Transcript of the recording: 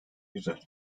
güzel